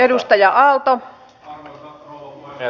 arvoisa rouva puhemies